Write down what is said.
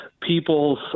people's